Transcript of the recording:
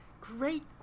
Great